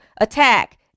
attack